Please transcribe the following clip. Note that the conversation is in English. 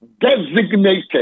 designated